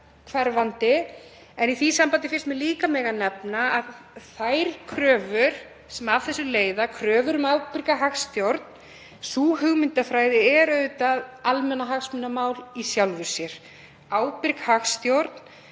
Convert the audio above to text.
hverfandi. Í því sambandi finnst mér líka mega nefna þær kröfur sem af þessu leiðir um ábyrga hagstjórn. Sú hugmyndafræði er auðvitað almennt hagsmunamál í sjálfu sér. Ábyrg hagstjórn,